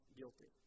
guilty